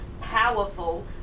powerful